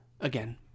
again